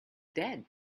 dead